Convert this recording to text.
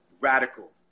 radical